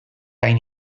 hain